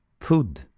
food